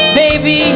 baby